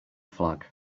flag